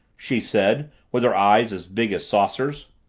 she said, with her eyes as big as saucers.